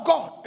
God